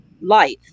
life